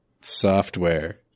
software